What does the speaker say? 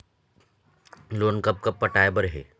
Loan कब कब पटाए बर हे?